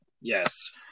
Yes